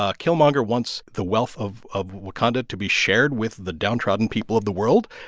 ah killmonger wants the wealth of of wakanda to be shared with the downtrodden people of the world,